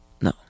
No